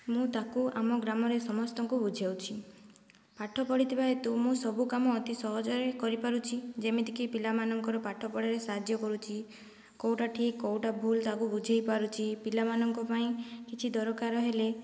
ମୁଁ ତାକୁ ଆମ ଗ୍ରାମରେ ସମସ୍ତଙ୍କୁ ବୁଝାଉଛି ପାଠ ପଢ଼ିଥିବା ହେତୁ ମୁଁ ସବୁ କାମ ଅତି ସହଜରେ କରିପାରୁଛି ଯେମିତିକି ପିଲାମାନଙ୍କର ପାଠପଢ଼ାରେ ସାହଯ୍ୟ କରୁଛି କେଉଁଟା ଠିକ କେଉଁଟା ଭୁଲ ତାକୁ ବୁଝାଇ ପାରୁଛି ପିଲାମାନଙ୍କ ପାଇଁ କିଛି ଦରକାର ହେଲେ